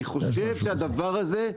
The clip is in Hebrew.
אני חושב שהדבר הזה,